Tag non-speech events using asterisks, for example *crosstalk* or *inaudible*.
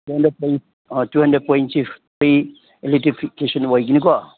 two hundred point two hundred ꯄꯣꯏꯟꯠꯁꯤ free electric free *unintelligible* ꯑꯣꯏꯒꯅꯤꯀꯣ